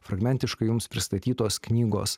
fragmentiškai jums pristatytos knygos